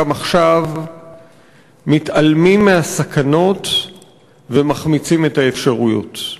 גם עכשיו מתעלמים מהסכנות ומחמיצים את האפשרויות,